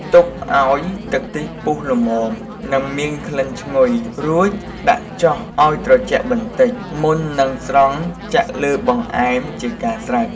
ទុកឱ្យទឹកខ្ទិះពុះល្មម និងមានក្លិនឈ្ងុយ រួចដាក់ចុះឱ្យត្រជាក់បន្តិច មុននឹងស្រង់ចាក់លើបង្អែម ជាការស្រេច។